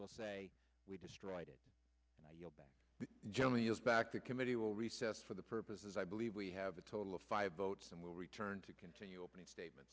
will say we destroyed it generally is back to committee will recess for the purposes i believe we have a total of five votes and will return to continue opening statement